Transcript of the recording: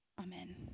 Amen